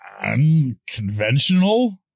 unconventional